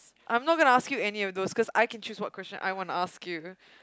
I'm not gonna ask you any of those cause I can choose what question I wanna ask you